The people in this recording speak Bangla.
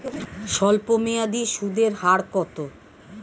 স্বল্পমেয়াদী সুদের হার কত?